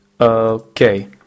Okay